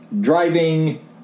driving